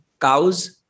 cows